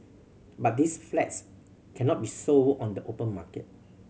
but these flats cannot be sold on the open market